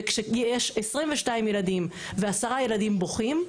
וכשיש 22 ילדים ו- 10 ילדים בוכים,